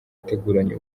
ateguranye